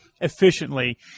efficiently